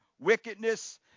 Wickedness